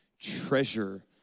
treasure